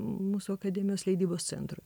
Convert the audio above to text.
mūsų akademijos leidybos centrui